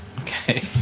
Okay